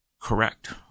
Correct